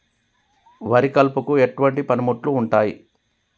వరి కలుపుకు ఎటువంటి పనిముట్లు ఉంటాయి?